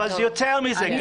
אבל זה יותר מזה,